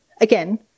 again